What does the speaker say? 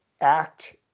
act